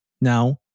Now